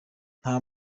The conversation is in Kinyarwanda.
nta